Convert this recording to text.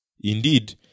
Indeed